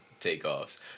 takeoffs